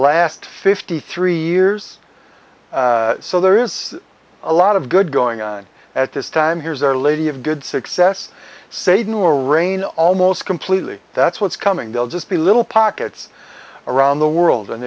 last fifty three years so there is a lot of good going on at this time here's our lady of good success satan a reign of almost completely that's what's coming they'll just be little pockets around the world and